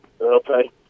Okay